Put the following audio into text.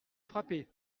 frapper